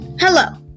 Hello